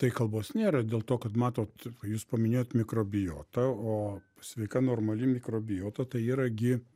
tai kalbos nėra dėl to kad matot jūs paminėjot mikrobiotą o sveika normali mikrobiota tai yra gi